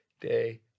day